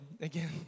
again